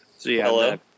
Hello